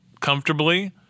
comfortably